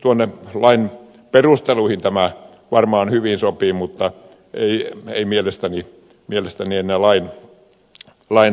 kyllä tämä lain perusteluihin varmaan hyvin sopii mutta ei mielestäni ole lain tasoista